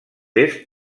est